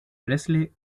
presley